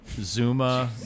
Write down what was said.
Zuma